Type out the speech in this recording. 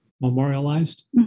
memorialized